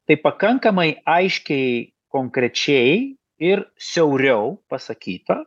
tai pakankamai aiškiai konkrečiai ir siauriau pasakyta